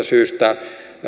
syystä